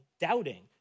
doubting